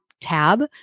tab